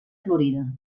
florida